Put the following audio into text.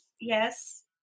Yes